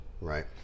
right